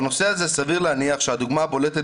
בנושא הזה סביר להניח שהדוגמה הבולטת